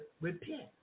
repent